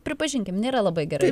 pripažinkim nėra labai gerai